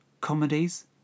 comedies